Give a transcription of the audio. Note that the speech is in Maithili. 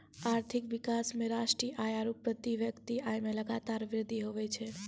आर्थिक विकास मे राष्ट्रीय आय आरू प्रति व्यक्ति आय मे लगातार वृद्धि हुवै छै